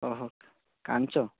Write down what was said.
ଓହୋ କାଚ